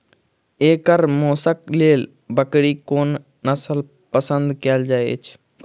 एकर मौशक लेल बकरीक कोन नसल पसंद कैल जाइ छै?